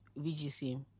VGC